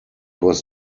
was